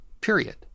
period